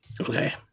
okay